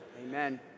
Amen